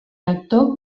lector